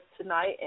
tonight